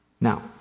Now